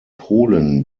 polen